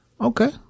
Okay